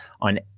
on